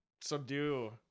subdue